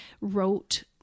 wrote